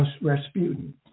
Rasputin